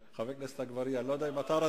חבר הכנסת אגבאריה, אני לא יודע אם אתה רשום.